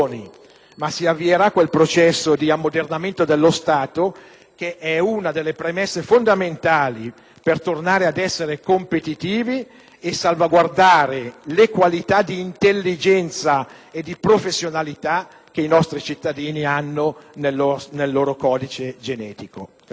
ma si avvierà quel processo di ammodernamento dello Stato che è una delle premesse fondamentali per tornare ad essere competitivi e salvaguardare le qualità di intelligenza e di professionalità che i nostri cittadini hanno nel loro codice genetico.